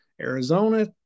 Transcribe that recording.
Arizona